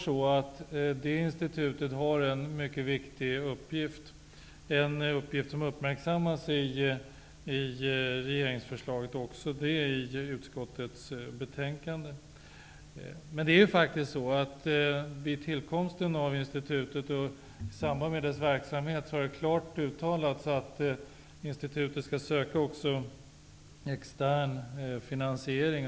Detta institut har uppenbart en mycket viktig uppgift, som uppmärksammats i regeringförslaget och även i utskottets betänkande. Men det har också klart uttalats vid institutets tillkomst och även i anslutning till dess verksamhet att det skall söka även extern finansiering.